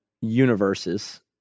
universes